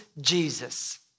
Jesus